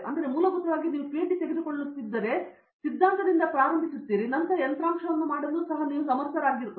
ಆದ್ದರಿಂದ ನೀವು ಮೂಲಭೂತವಾಗಿ ಪಿಎಚ್ಡಿ ತೆಗೆದುಕೊಳ್ಳುತ್ತಿದ್ದರೆ ನಾವು ಸಿದ್ಧಾಂತದಿಂದ ಪ್ರಾರಂಭಿಸಿದ್ದೇವೆ ಆದರೆ ಯಂತ್ರಾಂಶವನ್ನು ಮಾಡಲು ನಾವು ಸಮರ್ಥರಾಗಿದ್ದೇವೆ